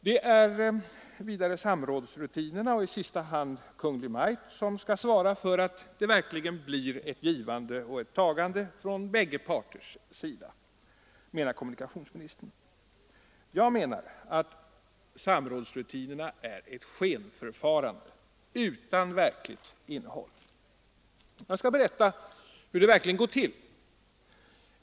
Det är vidare samrådsrutinerna och i sista hand Kungl. Maj:t som skall svara för att det verkligen blir ett givande och ett tagande från bägge parters sida, menar kommunikationsministern. Jag menar att samrådsrutinerna är ett skenförfarande utan verkligt innehåll. Jag skall berätta hur det verkligen går till.